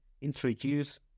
introduce